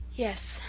yes,